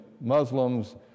Muslims